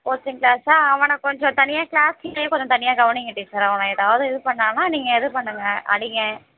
coaching class அவனை கொஞ்சம் தனியாக கிளாஸ்லேயே கொஞ்சம் தனியாக கவனியுங்க டீச்சர் அவன் எதாவது இது பண்ணானா நீங்கள் இது பண்ணுங்கள் அடியுங்க